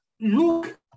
look